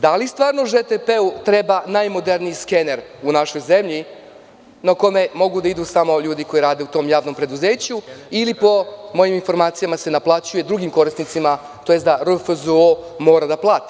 Da li stvarno „ŽTP“ treba najmoderniji skener u našoj zemlji na koji mogu da idu samo ljudi koji rade u tom javnom preduzeću ili po mojim informacijama se naplaćuje drugim korisnicima, tj. da „RFZO“ mora da plati?